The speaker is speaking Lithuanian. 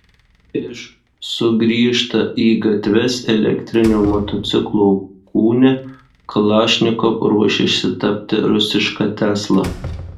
iž sugrįžta į gatves elektrinio motociklo kūne kalašnikov ruošiasi tapti rusiška tesla